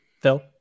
Phil